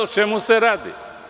O čemu se radi?